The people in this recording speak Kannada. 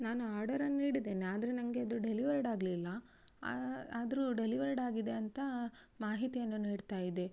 ನಾನು ಆರ್ಡರನ್ನು ನೀಡಿದೇನೆ ಆದರೆ ನಂಗೆ ಅದು ಡೆಲಿವರ್ಡಾಗಲಿಲ್ಲ ಆದರು ಡೆಲಿವರ್ಡಾಗಿದೆ ಅಂತ ಮಾಹಿತಿಯನ್ನು ನೀಡ್ತಾಯಿದೆ